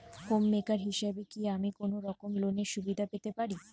Home maker হিসেবে কি আমি কোনো রকম লোনের সুবিধা পেতে পারি?